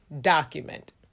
document